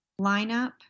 lineup